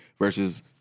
versus